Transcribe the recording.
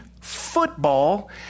football